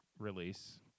release